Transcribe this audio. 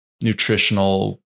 nutritional